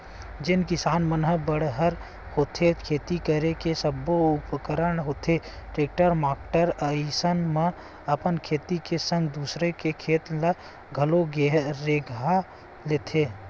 जेन किसान मन बड़हर होथे खेती करे के सब्बो उपकरन होथे टेक्टर माक्टर अइसन म अपन खेत के संग दूसर के खेत ल घलोक रेगहा लेथे